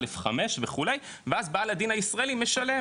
א'5 וכו' ואז בעל הדין הישראלי משלם,